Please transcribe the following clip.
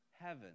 Heaven